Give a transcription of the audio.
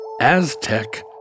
Aztec